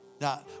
Now